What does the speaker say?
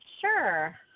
Sure